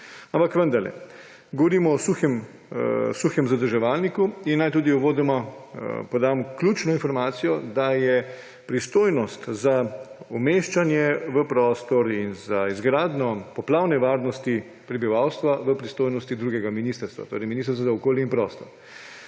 Ampak vendarle, govorimo o suhem zadrževalniku in naj uvodoma podam ključno informacijo, da je umeščanje v prostor in izgradnja poplavne varnosti prebivalstva v pristojnosti drugega ministrstva, torej Ministrstva za okolje in prostor.